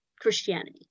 christianity